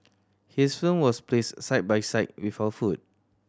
his film was placed side by side with our food